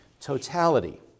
totality